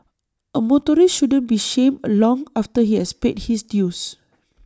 A motorist shouldn't be shamed long after he has paid his dues